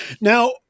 Now